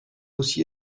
aussi